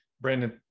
Brandon